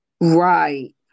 Right